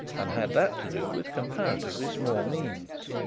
and had that to do with comparatively small means.